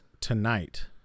Tonight